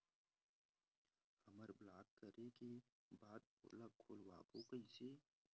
हमर ब्लॉक करे के बाद ओला खोलवाबो कइसे?